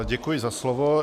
Děkuji za slovo.